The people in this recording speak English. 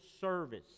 service